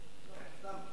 סתם רציתי לדעת.